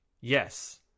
Yes